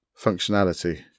functionality